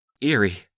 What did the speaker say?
Eerie